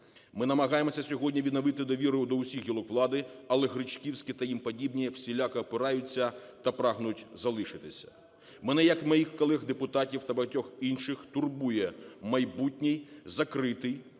Ми намагаємося сьогодні відновити довіру до усіх гілок влади, але Гречківський та йому подібні всіляко опираються та прагнуть залишитися. Мене, як і моїх колег-депутатів, та багатьох інших турбує майбутній закритий